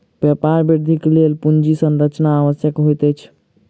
व्यापार वृद्धिक लेल पूंजी संरचना आवश्यक होइत अछि